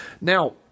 Now